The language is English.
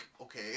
Okay